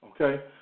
Okay